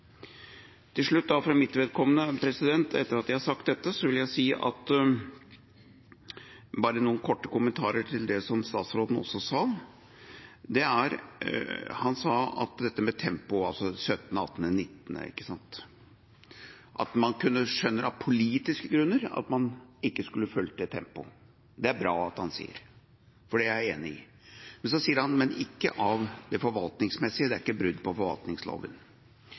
Til slutt for mitt vedkommende, etter at jeg har sagt dette, bare noen korte kommentarer til det som statsråden også sa. Han sa at når det gjelder dette med tempoet – altså 17., 18., 19. – skjønner man at man av politiske grunner ikke skulle fulgt det tempoet. Det er bra at han sier det – for det er jeg enig i. Men så sier han: men ikke det forvaltningsmessige, det er ikke brudd på forvaltningsloven.